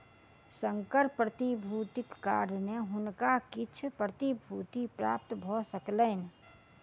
संकर प्रतिभूतिक कारणेँ हुनका किछ प्रतिभूति प्राप्त भ सकलैन